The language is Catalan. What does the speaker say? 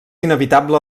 inevitable